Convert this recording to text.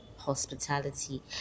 hospitality